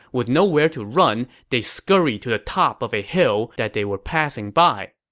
with nowhere to run, they scurried to the top of a hill that they were passing by.